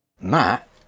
Matt